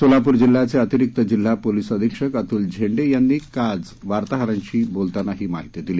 सोलापूर जिल्ह्याचे अतिरिक्त जिल्हा पोलीस अधीक्षक अतूल झेंडे यांनी आज वार्ताहरांशी बोलताना दिली